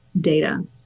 data